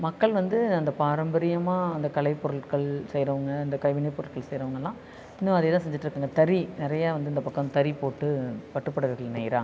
மக்கள் வந்து அந்த பாரம்பரியமாக அந்த கலைப்பொருள்கள் செய்கிறவங்க அந்த கைவினைப்பொருள்கள் செய்கிறவங்கள்லாம் இன்னும் அதே தான் செஞ்சிட்டுருக்குங்க தறி நிறையா வந்து இந்த பாக்கம் தறி போட்டு பட்டு புடவைகள் நெய்கிறாங்க